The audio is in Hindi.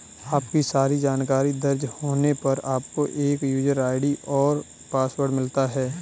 आपकी सारी जानकारी दर्ज होने पर, आपको एक यूजर आई.डी और पासवर्ड मिलता है